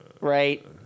Right